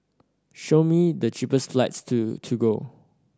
show me the cheapest flights to Togo